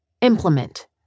Implement